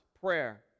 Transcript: prayer